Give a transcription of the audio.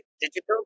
digital